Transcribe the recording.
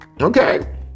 Okay